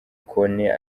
kone